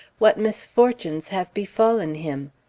what misfortunes have befallen him!